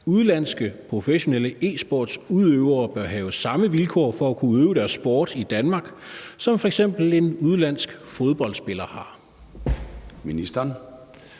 udenlandske professionelle e-sportsudøvere bør have samme vilkår for at kunne udøve deres sport i Danmark, som f.eks. en udenlandsk fodboldspiller har? (Spm. nr.